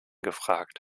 gefragt